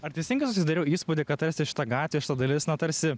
ar teisingą susidariau įspūdį kad tarsi šita gatvė šita dalis na tarsi